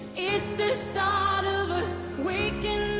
it's the start of us waking